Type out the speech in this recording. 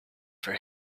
for